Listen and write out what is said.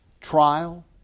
trial